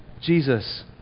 Jesus